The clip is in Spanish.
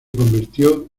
convirtió